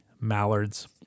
mallards